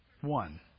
One